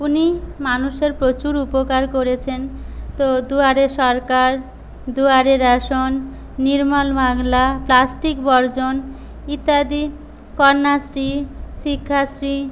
উনি মানুষের প্রচুর উপকার করেছেন তো দুয়ারে সরকার দুয়ারে রেশন নির্মল বাংলা প্লাস্টিক বর্জন ইত্যাদি কন্যাশ্রী শিক্ষাশ্রী